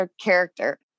character